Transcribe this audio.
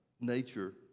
nature